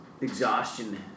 exhaustion